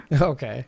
Okay